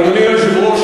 אדוני היושב-ראש,